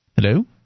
Hello